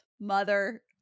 mother